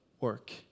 work